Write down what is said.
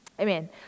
Amen